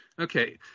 Okay